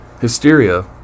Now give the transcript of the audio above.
Hysteria